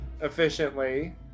Efficiently